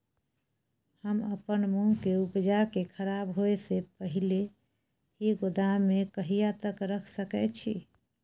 हम अपन मूंग के उपजा के खराब होय से पहिले ही गोदाम में कहिया तक रख सके छी?